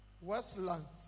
Westlands